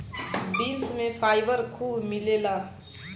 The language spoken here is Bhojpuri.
बीन्स में फाइबर खूब मिलेला